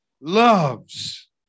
loves